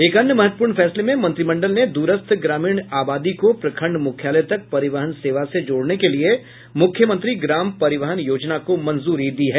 एक अन्य महत्वपूर्ण फैसले में मंत्रिमंडल ने दुरस्थ ग्रामीण आबादी को प्रखंड मुख्यालय तक परिवहन सेवा से जोड़ने के लिए मुख्यमंत्री ग्राम परिवहन योजना को मंजरी दी है